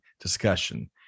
discussion